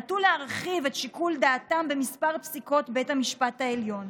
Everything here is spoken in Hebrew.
נטו להרחיב את שיקול דעתם בכמה פסיקות בית המשפט העליון.